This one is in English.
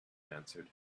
answered